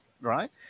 right